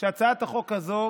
שהצעת החוק הזו